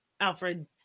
alfred